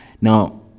Now